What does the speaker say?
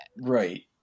Right